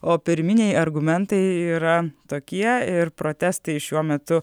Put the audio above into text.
o pirminiai argumentai yra tokie ir protestai šiuo metu